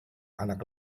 anak